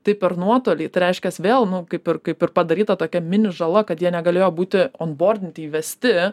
tai per nuotolį tai reiškias vėl nu kaip ir kaip ir padaryta tokia mini žala kad jie negalėjo būti onbordninti įvesti